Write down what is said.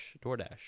DoorDash